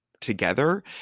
together